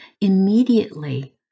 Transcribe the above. immediately